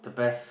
the best